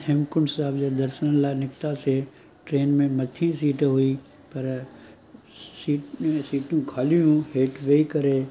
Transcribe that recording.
पोइ हेमकुंड साहिब जे दर्शन लाइ निकितासीं ट्रेन में मथी सीट हुई पर सी सीटियूं ख़ाली हुयूं हेठि वेई करे